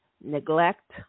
neglect